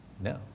no